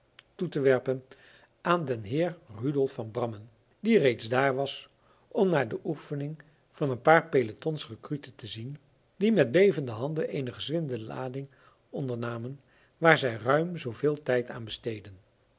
toe te werpen aan den heer rudolf van brammen die reeds dààr was om naar de oefening van een paar pelotons recruten te zien die met bevende handen eene gezwinde lading ondernamen waar zij ruim zooveel tijd aan besteedden